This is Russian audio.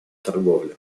торговле